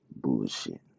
bullshit